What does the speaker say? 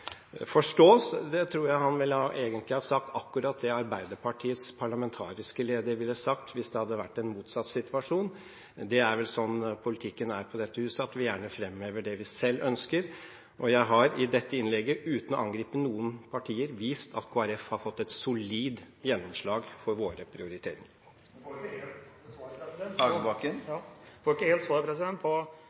forstås, tror jeg han egentlig ville ha sagt akkurat det Arbeiderpartiets parlamentariske leder ville sagt hvis det hadde vært en motsatt situasjon. Det er vel sånn politikken er på dette huset at vi gjerne fremhever det vi selv ønsker. Jeg har i dette innlegget, uten å angripe noen partier, vist at Kristelig Folkeparti har fått et solid gjennomslag for våre prioritereringer. Jeg får ikke helt svar på